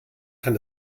kann